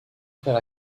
frère